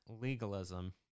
legalism